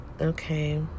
Okay